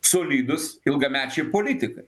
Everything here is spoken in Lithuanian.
solidūs ilgamečiai politikai